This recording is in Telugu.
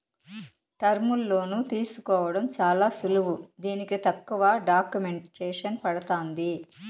టర్ములోన్లు తీసుకోవడం చాలా సులువు దీనికి తక్కువ డాక్యుమెంటేసన్ పడతాంది